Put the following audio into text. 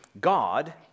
God